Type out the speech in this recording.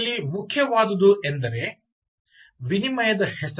ಇಲ್ಲಿ ಮುಖ್ಯವಾದುದು ಎಂದರೆ ವಿನಿಮಯದ ಹೆಸರು